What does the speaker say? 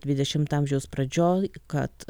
dvidešimto amžiaus pradžioj kad